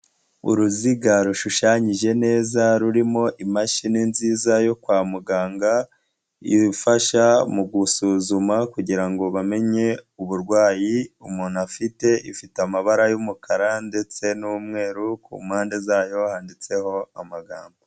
Uruziga rushushanyije neza rurimo imashini nziza yo kwa muganga, ifasha mu gusuzuma kugira ngo bamenye uburwayi umuntu afite, ifite amabara y'umukara ndetse n'umweru ku mpande zayo handitseho amagambo.